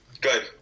Good